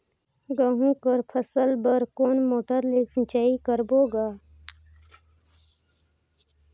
गहूं कर फसल बर कोन मोटर ले सिंचाई करबो गा?